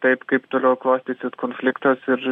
taip kaip toliau klostysis konfliktas ir